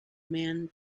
man